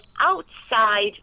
outside